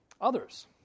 Others